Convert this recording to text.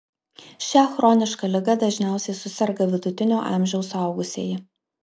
šia chroniška liga dažniausiai suserga vidutinio amžiaus suaugusieji